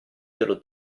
dello